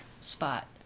spot